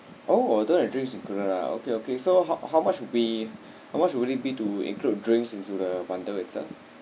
oh don't have drinks included ah okay okay so how how much would be how much would it be to include drinks into the bundle itself